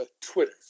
Twitter